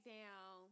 down